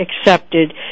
accepted